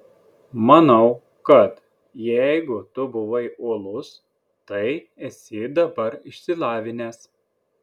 manau kad jeigu tu buvai uolus tai esi dabar išsilavinęs